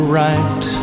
right